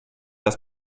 das